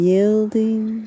Yielding